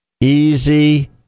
Easy